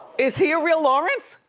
is he a real lawrence?